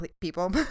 people